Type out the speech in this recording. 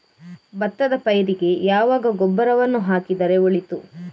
ಭತ್ತದ ಪೈರಿಗೆ ಯಾವಾಗ ಗೊಬ್ಬರವನ್ನು ಹಾಕಿದರೆ ಒಳಿತು?